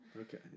Okay